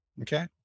Okay